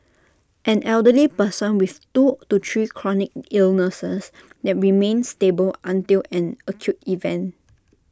an elderly person with two to three chronic illnesses that remain stable until an acute event